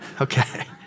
Okay